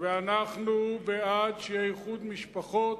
ואנחנו בעד שיהיה איחוד משפחות.